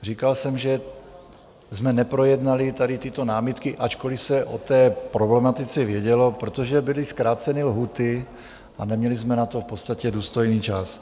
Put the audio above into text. Říkal jsem, že jsme neprojednali tady tyto námitky, ačkoli se o té problematice vědělo, protože byly zkráceny lhůty a neměli jsme na to v podstatě důstojný čas.